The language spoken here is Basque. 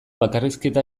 bakarrizketa